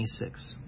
26